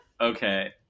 Okay